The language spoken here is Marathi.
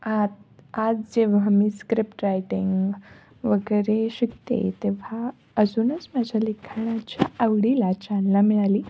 आत आज जेव्हा मी स्क्रिप्टरायटिंग वगैरे शिकते तेव्हा अजूनच माझ्या लिखाणाची आवडीला चालना मिळाली